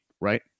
right